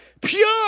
pure